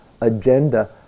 agenda